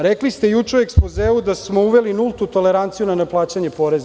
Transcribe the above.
Rekli ste juče u ekspozeu da smo uveli nultu toleranciju na neplaćanje poreza.